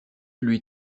lui